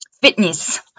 fitness